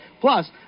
Plus